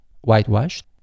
whitewashed